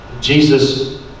Jesus